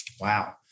Wow